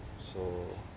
so